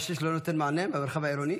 106 לא נותן מענה במרחב העירוני?